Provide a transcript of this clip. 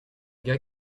gars